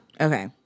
Okay